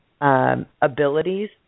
abilities